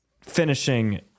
finishing